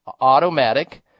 Automatic